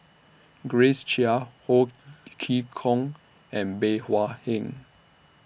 Grace Chia Ho Chee Kong and Bey Hua Heng